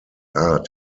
art